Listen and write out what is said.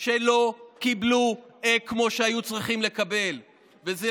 היו צריכים לקבל אקמו ולא